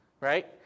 right